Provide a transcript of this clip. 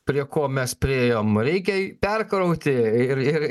prie ko mes priėjom reikia perkrauti ir ir